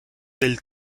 del